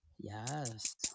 Yes